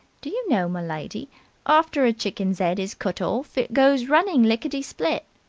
do you know, m'lady, after a chicken's ead is cut orf, it goes running licketty-split?